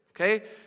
Okay